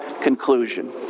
conclusion